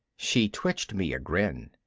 she twitched me a grin.